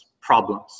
problems